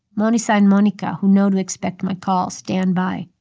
manisha and monika, who know to expect my call, stand by.